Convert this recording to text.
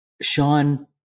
Sean